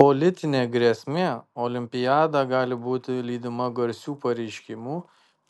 politinė grėsmė olimpiada gali būti lydima garsių pareiškimų